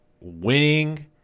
winning